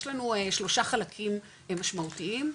יש לנו שלושה חלקים משמעותיים,